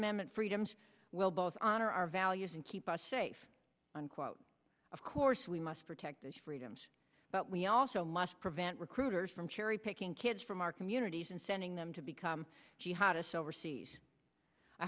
amendment freedoms will both honor our values and keep us safe unquote of course we must protect those freedoms but we also must prevent recruiters from cherry picking kids from our communities and sending them to become jihadists overseas i